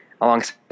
alongside